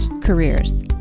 careers